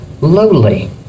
lowly